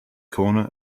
corner